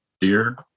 dear